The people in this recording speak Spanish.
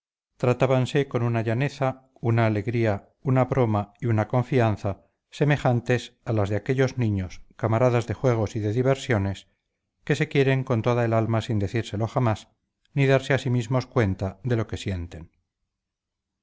contrario tratábanse con una llaneza una alegría una broma y una confianza semejantes a las de aquellos niños camaradas de juegos y de diversiones que se quieren con toda el alma sin decírselo jamás ni darse a sí mismos cuenta de lo que sienten